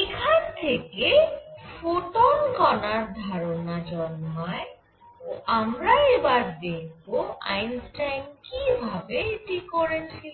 এখানে থেকে ফোটন কণার ধারণা জন্মায় ও আমরা এবার দেখব আইনস্টাইন কি ভাবে এটি করেছিলেন